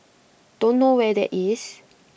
don't know where that is